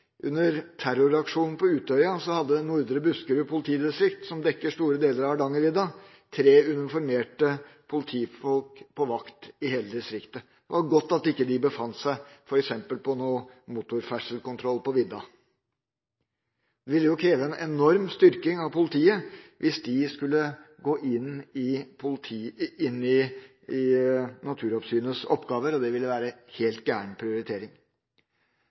Under terroraksjonen på Utøya hadde Nordre Buskerud politidistrikt – som dekker store deler av Hardangervidda – tre uniformerte politifolk på vakt i hele distriktet. Det var godt de ikke befant seg f.eks. på en motorferdselskontroll på vidda! Det ville kreve en enorm styrking av politiet hvis de skulle gå inn i Naturoppsynets oppgaver, og det ville være en helt gal prioritering.